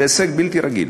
זה הישג בלתי רגיל.